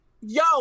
Yo